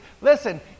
listen